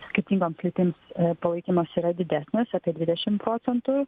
skirtingoms lytims palaikymas yra didesnis apie dvidešim procentų